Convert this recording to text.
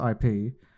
IP